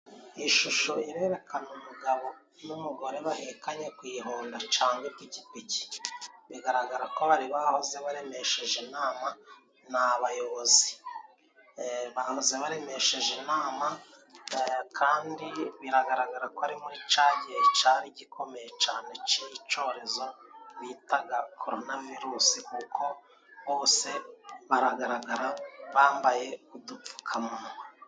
Ishusho irerekana umugabo n'umugore bahekanye ku ihonda cangwa ipikipiki, bigaragara ko bari bahoze baremesheje inama. Ni abayobozi bahoze baremesheje inama kandi biragaragara ko ari muri ca gihe cari gikomeye cane c' icorezo bitaga koronavirusi, kuko bose baragaragara bambaye udupfukamunwa.